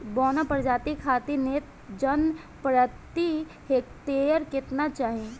बौना प्रजाति खातिर नेत्रजन प्रति हेक्टेयर केतना चाही?